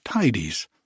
tidies